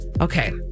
okay